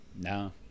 No